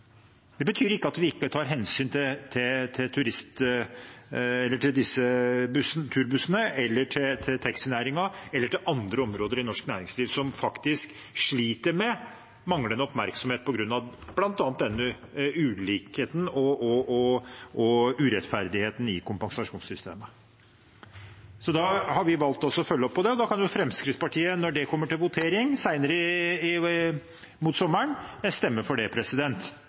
Det betyr ikke at vi ikke tar hensyn til turbussene eller til taxinæringen eller til andre områder i norsk næringsliv som sliter med manglende oppmerksomhet på grunn av bl.a. denne ulikheten og urettferdigheten i kompensasjonssystemet. Så da har vi valgt å følge opp når det gjelder det. Da kan jo Fremskrittspartiet, når det kommer til votering senere mot sommeren, stemme for det.